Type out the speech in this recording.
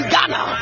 Ghana